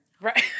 Right